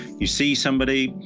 you see somebody,